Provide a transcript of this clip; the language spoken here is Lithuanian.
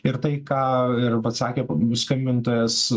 ir tai ką ir vat sakė pa skambintojas